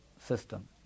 system